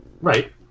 Right